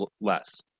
less